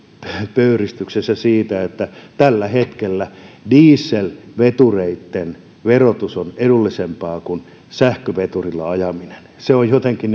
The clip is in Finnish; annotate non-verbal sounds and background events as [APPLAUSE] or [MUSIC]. pöyristyksissä siitä että tällä hetkellä dieselvetureitten verotus on edullisempaa kuin sähköveturilla ajamisen se on jotenkin [UNINTELLIGIBLE]